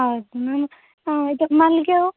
ಹೌದು ಮ್ಯಾಮ್ ಇದು ಮಲ್ಲಿಗೆ ಹೂ